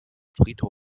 friedhof